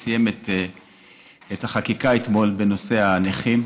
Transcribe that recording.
וסיים את החקיקה אתמול בנושא הנכים.